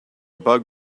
bug